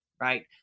right